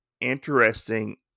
interesting